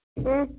اۭں